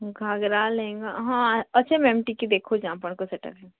ଘାଘାରା ଲେହେଙ୍ଗା ହଁ ଅଛେ ମ୍ୟାମ୍ ଟିକେ ଦେଖେଉଛି ଆପଣଙ୍କୁ ସେଟା ଭି